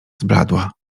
zbladła